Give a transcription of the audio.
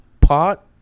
pot